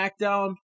SmackDown